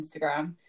instagram